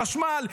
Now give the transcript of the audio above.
חשמל,